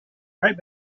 right